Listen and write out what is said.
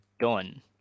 done